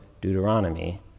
Deuteronomy